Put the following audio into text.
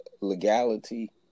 legality